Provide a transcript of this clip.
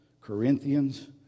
Corinthians